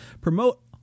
promote